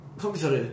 computer